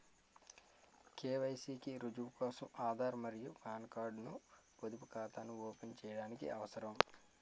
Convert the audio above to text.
KYC కి రుజువు కోసం ఆధార్ మరియు పాన్ కార్డ్ ను పొదుపు ఖాతాను ఓపెన్ చేయడానికి అవసరం